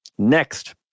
next